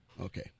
Okay